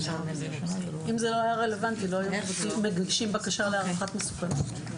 אם זה היה רלוונטי לא היו מגבשים בקשה להערכת מסוכנות.